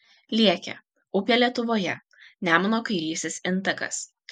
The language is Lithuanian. liekė upė lietuvoje nemuno kairysis intakas